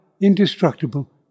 indestructible